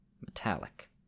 Metallic